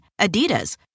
Adidas